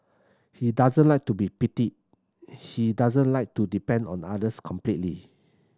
he doesn't like to be pitied he doesn't like to depend on the others completely